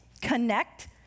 connect